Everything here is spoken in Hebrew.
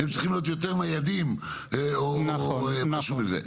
הם צריכים להיות ניידים יותר או משהו כזה.